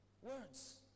Words